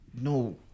No